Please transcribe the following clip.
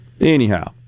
Anyhow